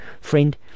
friend